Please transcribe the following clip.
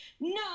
No